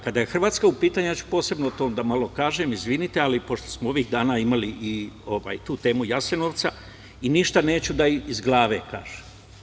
Kada je Hrvatska u pitanju, ja ću posebno o tome da malo kažem, izvinite, ali pošto smo ovih dana imali i tu temu Jasenovca i ništa neću da iz glave kažem.